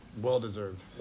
Well-deserved